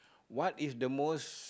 what is the most